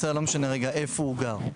לא משנה כרגע איפה הוא גר,